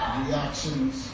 reactions